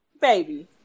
baby